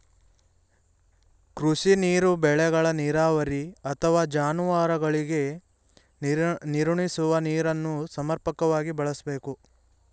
ಕೃಷಿ ನೀರು ಬೆಳೆಗಳ ನೀರಾವರಿ ಅಥವಾ ಜಾನುವಾರುಗಳಿಗೆ ನೀರುಣಿಸುವ ನೀರನ್ನು ಸಮರ್ಪಕವಾಗಿ ಬಳಸ್ಬೇಕು